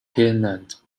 peanut